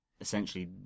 Essentially